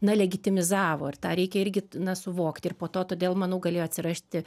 na legitimizavo ir tą reikia irgi na suvokti ir po to todėl manau galėjo atsirasti